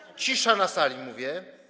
Cisza na sali, mówię.